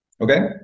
okay